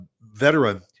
veteran